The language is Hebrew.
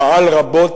הוא פעל רבות,